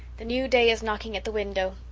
the new day is knocking at the window.